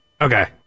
Okay